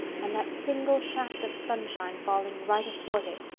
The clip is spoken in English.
and that single shaft of sunshine falling right athwart it,